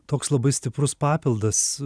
toks labai stiprus papildas